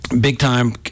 big-time